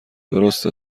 درسته